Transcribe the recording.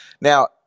Now